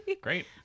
Great